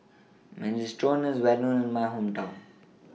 Minestrone IS Well known in My Hometown